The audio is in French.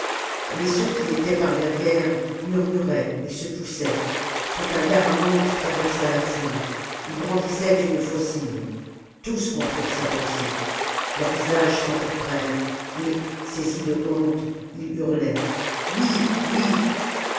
mais ceux qui étaient par derrière murmuraient et se poussaient quand un garamante traversa la foule il brandissait une faucille tous comprirent sa pensée leurs visages s'empourprèrent et saisis de honte ils hurlaient oui oui